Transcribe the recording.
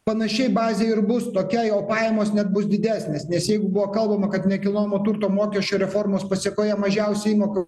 panašiai bazė ir bus tokia jo pajamos net bus didesnės nes jeigu buvo kalbama kad nekilnojamo turto mokesčių reformos pasekoje mažiausia įmoka